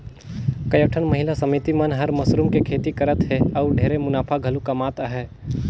कयोठन महिला समिति मन हर मसरूम के खेती करत हें अउ ढेरे मुनाफा घलो कमात अहे